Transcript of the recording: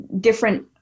different